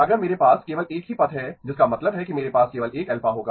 अगर मेरे पास केवल एक ही पथ है जिसका मतलब है कि मेरे पास केवल एक α होगा